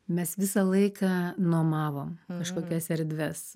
mes visą laiką nuomavom kažkokias erdves